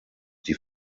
die